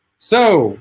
so